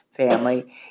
family